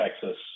Texas